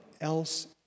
else